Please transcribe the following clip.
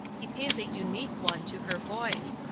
he pays a unique one to her voice.